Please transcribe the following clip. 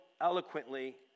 eloquently